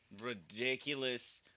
Ridiculous